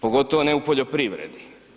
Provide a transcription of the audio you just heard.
Pogotovo ne u poljoprivredi.